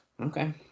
Okay